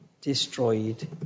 destroyed